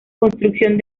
construcción